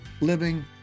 living